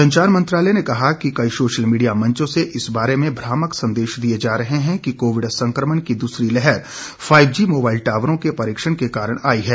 संचार मंत्रालय ने कहा है कि कई सोशल मीडिया मंचों से इस बारे में भ्रामक संदेश दिए जा रहे हैं कि कोविड संकमण की दूसरी लहर फाईव जी मोबाइल टाबरों के परीक्षण के कारण आई है